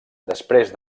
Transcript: després